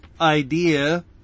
idea